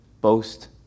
boast